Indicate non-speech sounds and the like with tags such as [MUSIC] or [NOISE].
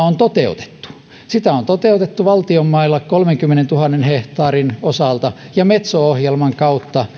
[UNINTELLIGIBLE] on toteutettu sitä on toteutettu valtion mailla kolmenkymmenentuhannen hehtaarin osalta ja metso ohjelman kautta [UNINTELLIGIBLE]